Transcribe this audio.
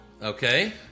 Okay